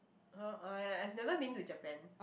!huh! I I've never been to Japan